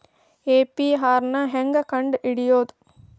APR ನ ಹೆಂಗ್ ಕಂಡ್ ಹಿಡಿಯೋದು?